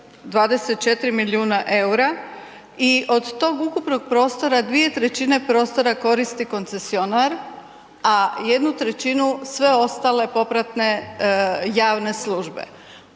24 milijuna eura i od tog ukupnog prostora, dvije trećine prostora koristi koncesionar, a jednu trećinu sve ostale popratne javne službe,